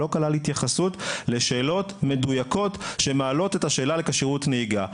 לא כלל התייחסות לשאלות מדויקות שמעלות את השאלה על כשירות נהיגה.